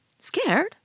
Scared